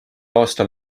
aastal